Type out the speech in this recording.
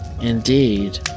Indeed